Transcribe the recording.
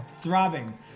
Throbbing